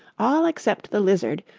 all except the lizard,